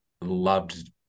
loved